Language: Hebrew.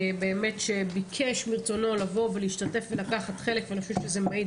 שבאמת ביקש מרצונו לבוא ולהשתתף ולקחת חלק ואני חושבת שזה מעיד